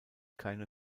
keine